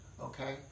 okay